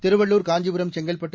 Tiruvallur Kanchipuram Chengalpattu